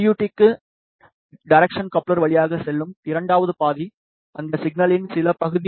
D க்கு direction coupler வழியாக செல்லும் இரண்டாவது பாதி அந்த சிக்னலின் சில பகுதி டி